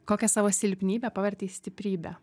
kokią savo silpnybę pavertei stiprybe